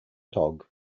dog